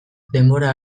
denbora